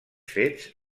fets